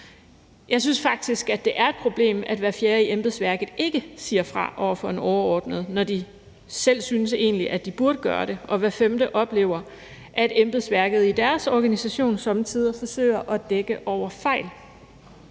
Jeg synes faktisk, at det er et problem, at hver fjerde i embedsværket ikke siger fra over for en overordnet, når de selv synes, at de egentlig burde gøre det, og at hver femte oplever, at embedsværket i deres organisation somme tider forsøger at dække over fejl.